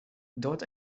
dort